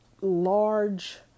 large